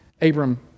Abram